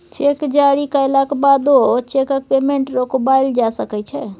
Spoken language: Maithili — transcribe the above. चेक जारी कएलाक बादो चैकक पेमेंट रोकबाएल जा सकै छै